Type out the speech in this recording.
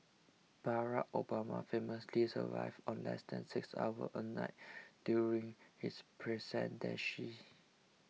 Barack Obama famously survived on less than six hours a night during his presidency